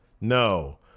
no